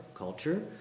culture